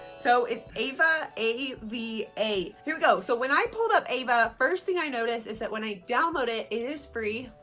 so it is ava, a v a. here we go so when i pulled up ava first thing i noticed is that when i download it it is free.